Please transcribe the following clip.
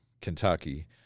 Kentucky